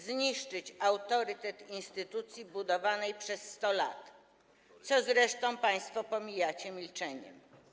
Zniszczyć autorytet instytucji budowanej przez 100 lat, co zresztą państwo pomijacie milczeniem?